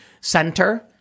center